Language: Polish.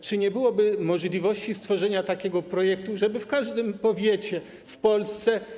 Czy nie byłoby możliwości stworzenia takiego projektu, żeby w każdym powiecie w Polsce.